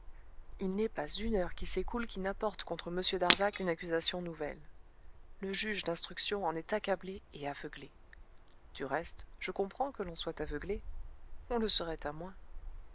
il n'est pas une heure qui s'écoule qui n'apporte contre m darzac une accusation nouvelle le juge d'instruction en est accablé et aveuglé du reste je comprends que l'on soit aveuglé on le serait à moins